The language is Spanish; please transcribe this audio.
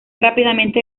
rápidamente